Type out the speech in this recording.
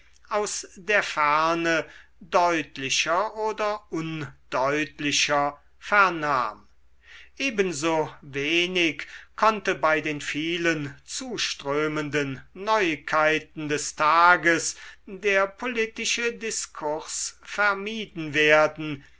aus der ferne deutlicher oder undeutlicher vernahm ebenso wenig konnte bei den vielen zuströmenden neuigkeiten des tages der politische diskurs vermieden werden